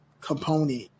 component